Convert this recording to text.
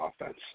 offense